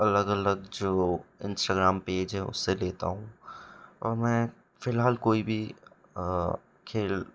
अलग अलग जो इंस्टाग्राम पेज हैं उस से लेता हूँ और मैं फ़िलहाल कोई भी खेल